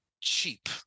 cheap